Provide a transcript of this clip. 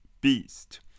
Beast